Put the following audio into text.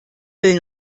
will